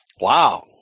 Wow